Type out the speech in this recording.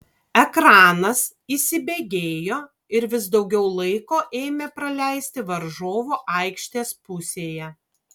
ekranas įsibėgėjo ir vis daugiau laiko ėmė praleisti varžovų aikštės pusėje